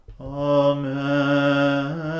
Amen